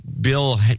Bill